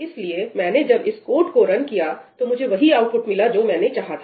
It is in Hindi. इसलिए मैंने जब इस कोड को रन किया तो मुझे वही आउटपुट मिला जो मैंने चाहा था